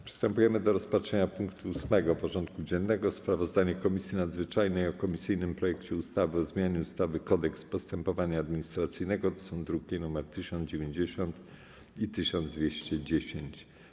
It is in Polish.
Przystępujemy do rozpatrzenia punktu 8. porządku dziennego: Sprawozdanie Komisji Nadzwyczajnej o komisyjnym projekcie ustawy o zmianie ustawy - Kodeks postępowania administracyjnego (druki nr 1090 i 1210)